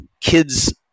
kids